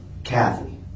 Kathy